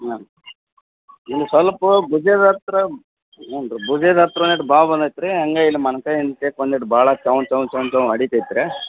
ಹಾಂ ಇಲ್ಲಿ ಸ್ವಲ್ಪ ಭುಜದ್ಹತ್ರ ಹ್ಞೂ ರೀ ಭುಜದ್ಹತ್ರ ಒಂದಿಷ್ಟು ಬಾವು ಬಂದತ್ರಿ ಹಂಗಾ ಇಲ್ಲಿ ಮೊಣ್ಕೈಯ ಒಂದಿಷ್ಟು ಭಾಳ ಚೌನ್ ಚೌನ್ ಚೌನ್ ಚೌನ್ ಹೊಡಿತೈತ್ರಿ